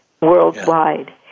worldwide